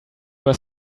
were